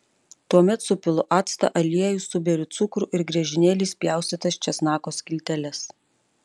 tuomet supilu actą aliejų suberiu cukrų ir griežinėliais pjaustytas česnako skilteles